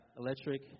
electric